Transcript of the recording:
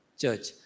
church